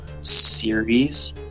series